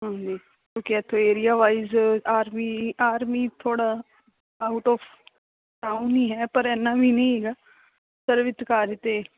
ਹਾਂਜੀ ਕਿਉਂਕਿ ਇੱਥੇ ਏਰੀਆ ਵਾਈਸ ਆਰਮੀ ਆਰਮੀ ਥੋੜ੍ਹਾ ਆਊਟ ਓਫ ਟਾਊਨ ਹੀ ਹੈ ਪਰ ਇੰਨਾਂ ਵੀ ਨਹੀਂ ਹੈਗਾ ਸਰਵਿਸ ਕਾਜ ਅਤੇ